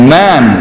man